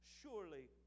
Surely